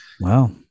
Wow